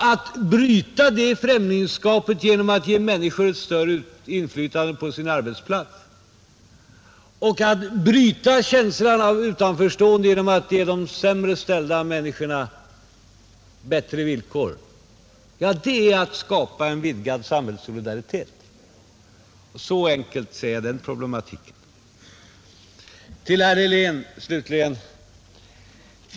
Att bryta det främlingskapet genom att ge människor större inflytande på sina arbetsplatser och att bryta känslan av utanförstående genom att ge de sämre ställda människorna bättre villkor, det är att skapa en vidgad samhällssolidaritet. — Så enkelt ser jag den problematiken. Slutligen till herr Helén!